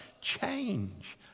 change